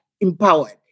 empowered